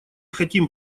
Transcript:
хотим